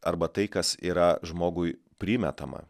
arba tai kas yra žmogui primetama